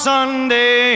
Sunday